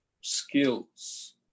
skills